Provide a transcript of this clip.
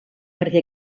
perquè